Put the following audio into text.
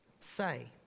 say